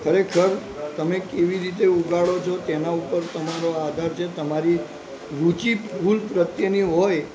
ખરેખર તમે કેવી રીતે ઉગાડો છો તેના ઉપર તમારો આધાર છે તમારી રુચિ ફૂલ પ્રત્યેની હોય